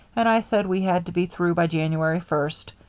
and i said we had to be through by january first.